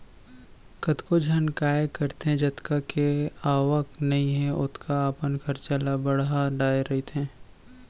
कतको झन काय करथे जतका के आवक नइ हे ओतका अपन खरचा ल बड़हा डरे रहिथे